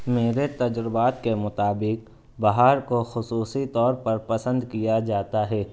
میرے تجربات کے مطابق بہار کو خصوصی طور پر پسند کیا جاتا ہے